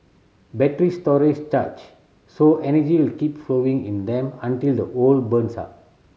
batteries stories charge so energy will keep flowing in them until the whole burns up